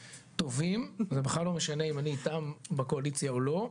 טובים וזה בכלל לא משנה אם אני איתם בקואליציה או לא,